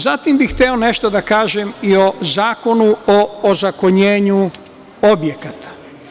Zatim bih hteo nešto da kažem i o Zakonu o ozakonjenju objekata.